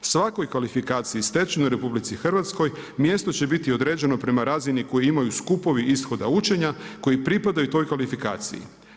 Svakoj kvalifikacijski stečenoj u RH mjesto će biti određeno prema razini koju imaju skupovi ishoda učenja koji pripadaju toj kvalifikaciji.